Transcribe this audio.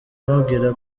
amubwira